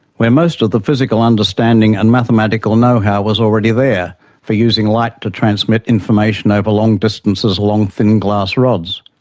where most of the physical understanding and mathematical know-how was already there for using light to transmit information over long distances along thin glass rods.